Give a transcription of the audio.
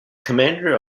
commander